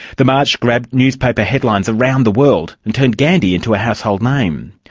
the march grabbed newspaper headlines around the world and turn gandhi into a household name.